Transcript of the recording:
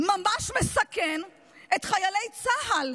ממש מסכן את חיילי צה"ל,